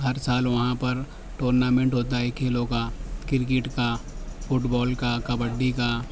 ہر سال وہاں پر ٹورنامنٹ ہوتا ہے کھیلوں کا کرکٹ کا فٹ بال کا کبڈی کا